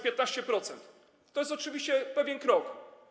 15% to jest oczywiście pewien krok.